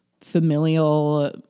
familial